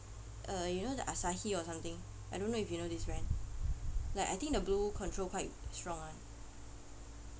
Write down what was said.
uh you know the Asahi or something I don't know if you know this brand like I think the blue control quite strong [one]